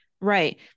Right